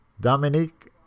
Dominique